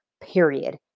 period